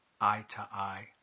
eye-to-eye